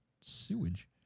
sewage